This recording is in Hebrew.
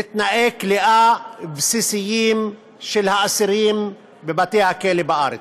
לתנאי כליאה בסיסיים של האסירים בבתי-הכלא בארץ.